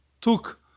took